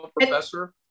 professor